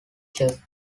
chefs